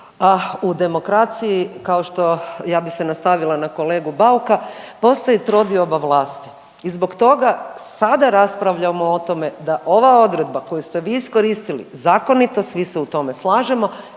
a u demokraciji, kao što, ja bih se nastavila na kolegu Bauka, postoji trodioba vlasti. I zbog toga sada raspravljamo o tome da ova odredba koju ste vi iskoristili zakonito, svi ste u tome slažemo,